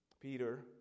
Peter